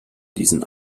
diesen